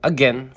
Again